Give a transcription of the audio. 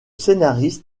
scénariste